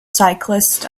cyclists